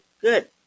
good